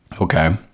Okay